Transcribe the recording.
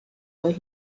but